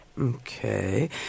Okay